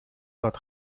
that